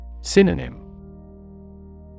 Synonym